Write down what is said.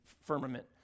firmament